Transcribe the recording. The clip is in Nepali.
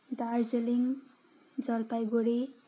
दार्जिलिङ जलपाइगढी